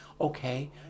okay